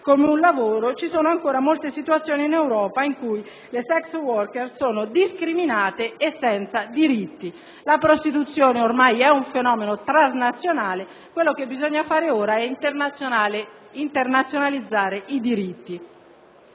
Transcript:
come un lavoro, esistono ancora molte situazioni in Europa dove le *sex workers* sono discriminate e senza diritti. La prostituzione è ormai un fenomeno transnazionale: quello che bisogna fare ora è internazionalizzarne i diritti.